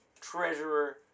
Treasurer